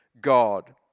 God